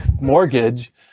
mortgage